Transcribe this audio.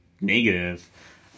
negative